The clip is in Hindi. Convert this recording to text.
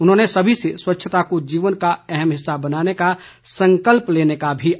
उन्होंने सभी से स्वच्छता को जीवन का अहम हिस्सा बनाने का संकल्प लेने का भी आहवान किया